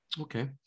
okay